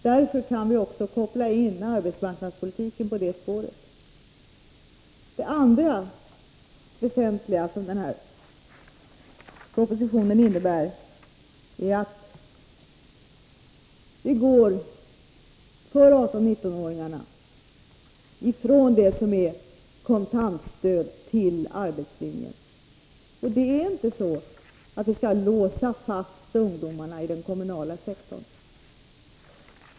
Därför kan vi också koppla in arbetsmarknadspolitiken på det spåret. Det andra väsentliga som den här propositionen innebär är, att vi för 18 och 19-åringarna går ifrån det som är kontantstöd till arbetslinjen. Vi skall inte låsa fast ungdomarna i den kommunala sektorn.